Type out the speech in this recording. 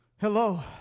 Hello